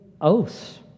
oaths